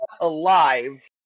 alive